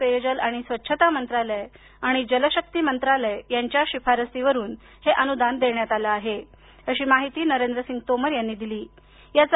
पेयजल आणि स्वच्छता मंत्रालय आणि जल शक्ती मंत्रालय यांच्या शिफारसीवरून हे अनुदान देण्यात आलं आहे अशी माहिती नरेंद्र सिंग तोमर यांनी दिलीयाचा